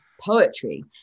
poetry